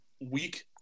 week